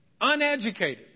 uneducated